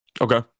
Okay